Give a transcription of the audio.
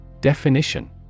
Definition